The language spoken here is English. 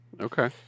Okay